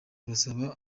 bazaba